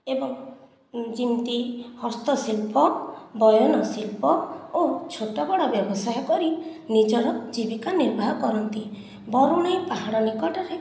ଏବଂ ଯିମିତି ହସ୍ତଶିଳ୍ପ ବୟନଶିଳ୍ପ ଓ ଛୋଟ ବଡ଼ ବ୍ୟବସାୟ କରି ନିଜର ଜୀବିକା ନିର୍ବାହ କରନ୍ତି ବରୁଣେଇ ପାହାଡ଼ ନିକଟରେ